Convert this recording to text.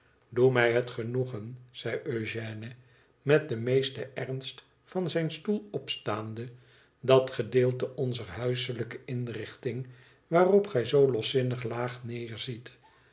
doe mij het genoegen zei eugène met den meesten ernst van zijn stoel opstaande dat gedeelte onzer huiselijke inrichting waarop gij zoo loszinnig laag neerziet